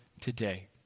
today